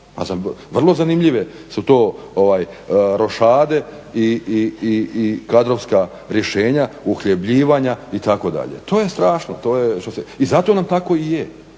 vrlo zanimljive su to rošade i kadrovska rješenja, uhljebljivanja itd. To je strašno i zato nam tako i je,